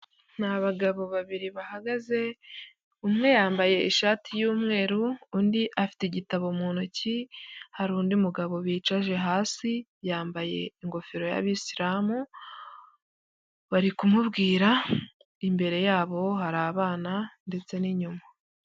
Ni abagabo babiri bahagaze, umwe yambaye ishati y'umweru undi afite igitabo mu ntoki, hari undi mugabo bicaje hasi yambaye ingofero y'abisilamu, bari kumubwira imbere yabo hari abana ndetse n'inyuma.